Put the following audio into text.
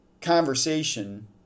conversation